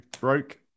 broke